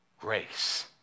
grace